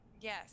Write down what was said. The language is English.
Yes